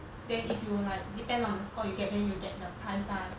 then if you like depend on the score you get then you will get the price lah